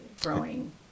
growing